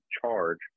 charge